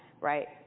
right